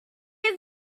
have